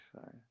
Sorry